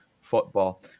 football